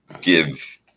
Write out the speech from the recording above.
give